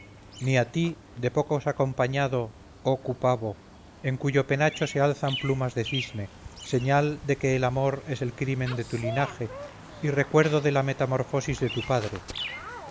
ni a ti de pocos acompañado oh cupavo en cuyo penacho se alzan plumas de cisne señal de que el amor es el crimen de tu linaje y recuerdo de la metamorfosis de tu padre